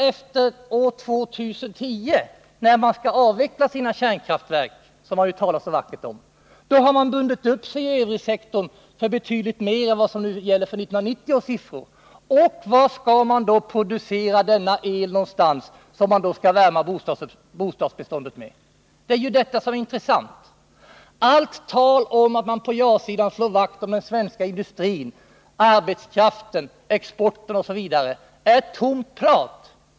Efter år 2010, när man skall avveckla sina kärnkraftverk — vilket man talar så vackert om — har man bundit upp sig i övrigsektorn för betydligt mer än de siffror som gäller för 1990. Och var skall man producera denna el någonstans som man skall värma upp bostadsbeståndet med? Det är ju det som är intressant. Allt tal om att man på ja-sidan slår vakt om den svenska industrin, arbetskraften, exporten osv., är tomt prat.